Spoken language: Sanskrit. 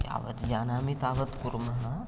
यावत् जानामि तावत् कुर्मः